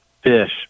fish